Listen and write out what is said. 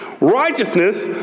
Righteousness